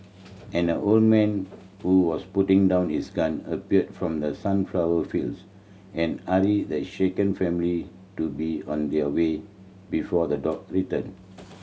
and a old man who was putting down his gun appeared from the sunflower fields and hurried the shaken family to be on their way before the dog return